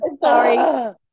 sorry